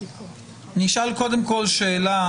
אני אשאל קודם כל שאלה